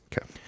Okay